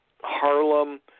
Harlem